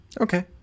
Okay